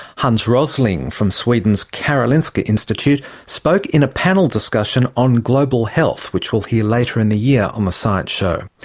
hans rosling from sweden's karolinska institute spoke in a panel discussion on global health, which we'll hear later in the year on the science show.